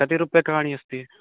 कति रूप्यकाणि अस्ति